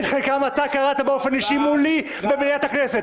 גם אתה קראת באופן אישי מולי במליאת הכנסת.